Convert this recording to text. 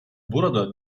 burada